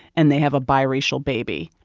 and they have a biracial baby